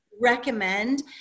recommend